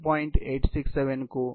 8667 కు మరియు y 0